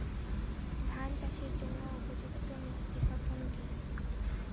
ধান চাষের জন্য উপযুক্ত মৃত্তিকা কোনটি?